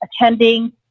attending